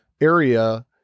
area